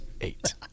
eight